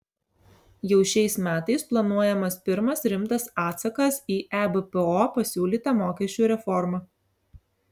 jau šiais metais planuojamas pirmas rimtas atsakas į ebpo pasiūlytą mokesčių reformą